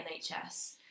NHS